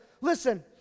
listen